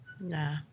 Nah